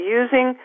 using